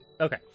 Okay